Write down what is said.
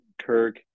Kirk